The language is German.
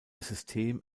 system